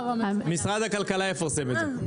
משרד הכלכלה יפרסם את זה.